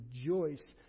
rejoice